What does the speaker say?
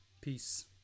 Peace